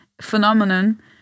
phenomenon